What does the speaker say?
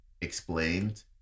explained